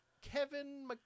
Kevin